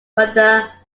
weather